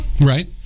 Right